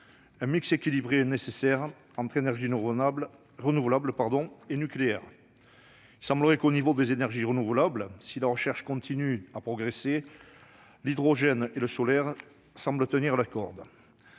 Un mix équilibré est nécessaire, entre énergies renouvelables et nucléaire. Il semble que, s'agissant des premières, si la recherche continue à progresser, l'hydrogène et le solaire tiennent la corde.